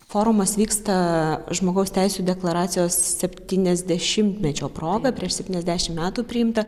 forumas vyksta žmogaus teisių deklaracijos septyniasdešimtmečio proga prieš septyniasdešimt metų priimta